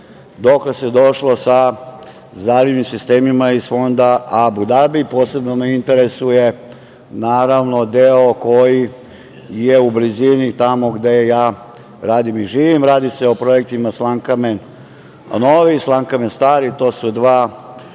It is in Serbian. dokle se došlo sa zalivnim sistemima iz fonda Abudabi? Posebno me interesuje naravno deo koji je u blizini tamo gde ja radim i živim, a radi se o projektima Slankamen Novi, Slankamen Stari. To su dva